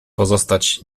pozostać